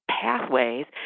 pathways